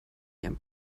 ihrem